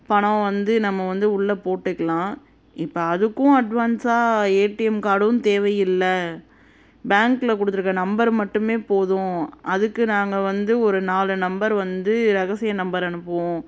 பணம் வந்து நம்ம வந்து உள்ள போட்டுக்கலாம் இப்போ அதுக்கும் அட்வான்ஸ்ஸாக ஏடிஎம் கார்டும் தேவையில்லை பேங்க்ல கொடுத்துருக்குற நம்பர் மட்டுமே போதும் அதுக்கு நாங்கள் வந்து ஒரு நாலு நம்பர் வந்து ரகசிய நம்பர் அனுப்புவோம்